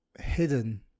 hidden